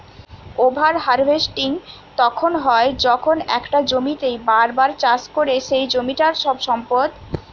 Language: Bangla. ওভার হার্ভেস্টিং তখন হয় যখন একটা জমিতেই বার বার চাষ করে সেই জমিটার সব সম্পদ শুষিয়ে জাত্ছে